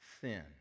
sin